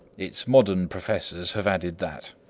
its modern professors have added that.